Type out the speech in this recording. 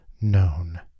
known